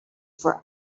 for